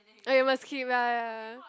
okay must keep ah ya